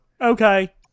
Okay